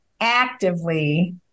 actively